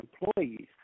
employees